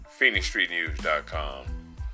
PhoenixStreetNews.com